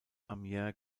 amiens